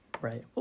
Right